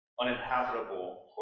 uninhabitable